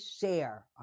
share